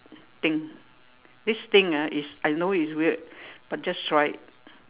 thing this thing ah is I know it's weird but just try it